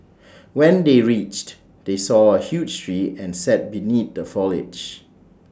when they reached they saw A huge tree and sat beneath the foliage